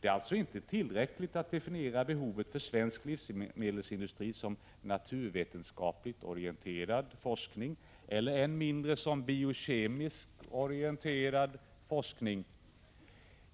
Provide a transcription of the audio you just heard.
Det är alltså inte tillräckligt att definiera behoven för svensk livsmedelsindustri som ”naturvetenskapligt orienterad forskning” eller än mindre som ”biokemisk-orienterad forskning”.